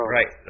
Right